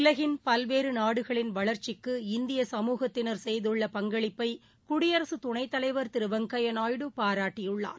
உலகின் பல்வேறு நாடுகளின் வளா்ச்சிக்கு இந்திய சமூகத்தினா் செய்துள்ள பங்களிப்பை குடியரசுத் துணைத் தலைவர் திரு வெங்கய்யா நாயுடு பாராட்டியுள்ளார்